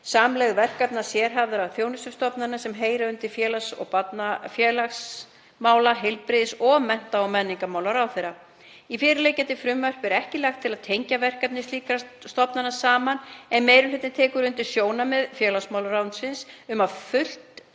samlegð verkefna sérhæfðra þjónustustofnana sem heyra undir félags- og barnamála-, heilbrigðis- og mennta- og menningarmálaráðherra. Í fyrirliggjandi frumvarpi er ekki lagt til að tengja verkefni slíkra stofnana saman, en meiri hlutinn tekur undir sjónarmið félagsmálaráðuneytisins um að fullt